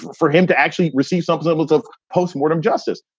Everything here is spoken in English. for him to actually receive some sort of post-mortem justice.